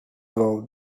about